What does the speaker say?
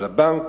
אבל הבנק